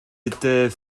étaient